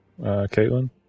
Caitlin